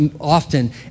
often